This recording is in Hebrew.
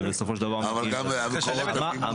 שבסופו של דבר --- אבל גם מקורות המימון הם חלק מהעניין.